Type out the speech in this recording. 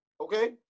Okay